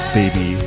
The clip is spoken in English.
baby